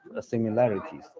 similarities